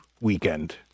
weekend